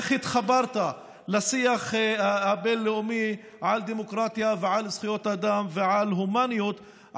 איך התחברת לשיח הבין-לאומי על דמוקרטיה ועל זכויות אדם ועל הומניות,